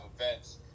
events